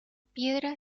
piedra